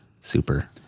super